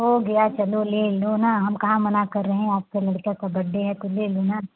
हो गया चलो ले लो ना हम कहाँ मना कर रहे हैं आपके लड़के का बड्डे है तो ले लो ना